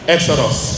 Exodus